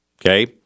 Okay